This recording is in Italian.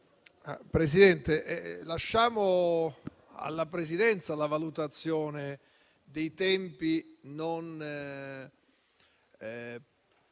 Presidente, lasciamo alla Presidenza la valutazione dei tempi non